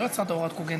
לא יצרת הוראת קוגנטיות.